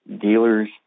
dealers